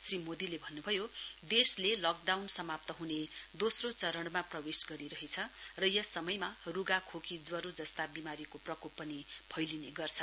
श्री मोदीले भन्नुभयो देशले लकडाउन समाप्त हुने दोस्रो चरणमा प्रवेश गरिरहेछ र यस समयमा रुखा खोकी ज्वारो जस्ता विमारीको प्रकोप पनि फैलिने गर्छ